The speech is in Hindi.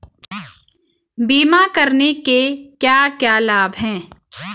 बीमा करने के क्या क्या लाभ हैं?